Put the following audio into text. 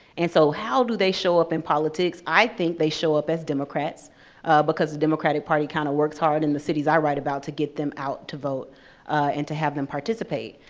and so how do they show up in politics? i think they show up as democrats because the democratic party kinda works hard in the cities i write about, to get them out to vote and to have them participate.